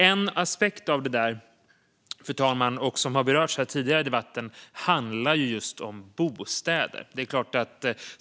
En aspekt av detta, som har berörts tidigare i debatten, handlar om bostäder.